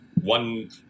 one